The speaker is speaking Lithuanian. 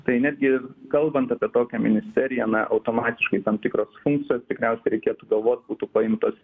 tai netgi kalbant apie tokią ministeriją na automatiškai tam tikros funkcijos tikriausiai reikėtų galvot būtų paimtos